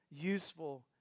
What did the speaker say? useful